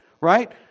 right